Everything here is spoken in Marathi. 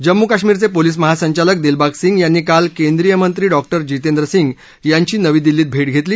जम्मू आणि काश्मीरचे पोलीस महासंचालक दीलबाग सिंग यांनी काल केंद्रीय मंत्री डॉक्टर जितेंद्र सिंग यांची नवी दिल्लीत भेट घतेली